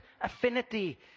affinity